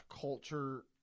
culture